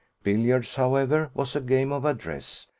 billiards, however, was a game of address,